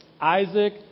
Isaac